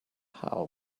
how